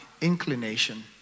inclination